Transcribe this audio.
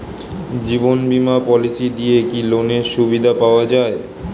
জীবন বীমা পলিসি দিয়ে কি লোনের সুবিধা পাওয়া যায়?